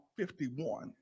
51